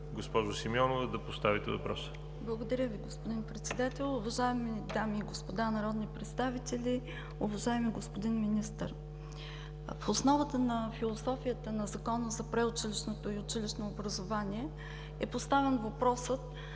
(БСП за България): Благодаря Ви, господин Председател. Уважаеми дами и господа народни представители, уважаеми господин Министър! В основата на философията на Закона за предучилищното и училищно образование е поставен въпросът